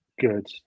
good